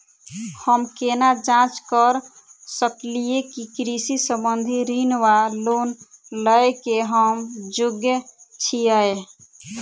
हम केना जाँच करऽ सकलिये की कृषि संबंधी ऋण वा लोन लय केँ हम योग्य छीयै?